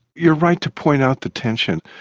you're right to point out the tension,